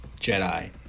Jedi